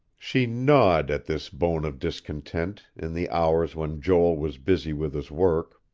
she gnawed at this bone of discontent, in the hours when joel was busy with his work.